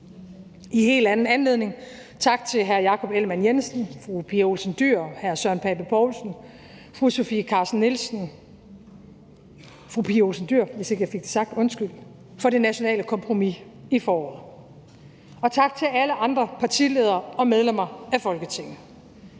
en helt anden anledning vil jeg sige tak til hr. Jakob Ellemann-Jensen, fru Pia Olsen Dyhr, hr. Søren Pape Poulsen og fru Sofie Carsten Nielsen for det nationale kompromis i foråret. Og tak til alle andre partiledere og medlemmer af Folketinget.